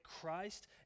Christ